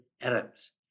arabs